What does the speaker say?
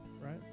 right